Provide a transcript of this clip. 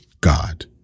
God